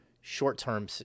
short-term